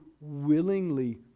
willingly